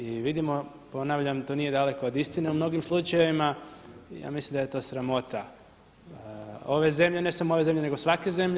I vidimo, ponavljam, to nije daleko od istine u mnogim slučajevima, ja mislim da je to sramota ove zemlje, ne samo ove zemlje nego svake zemlje.